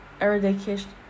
eradication